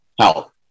health